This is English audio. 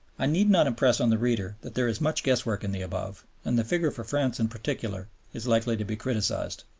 i need not impress on the reader that there is much guesswork in the above, and the figure for france in particular is likely to be criticized.